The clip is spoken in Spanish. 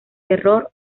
terror